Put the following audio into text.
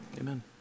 Amen